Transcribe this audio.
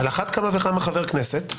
על אחת כמה וכמה חבר כנסת.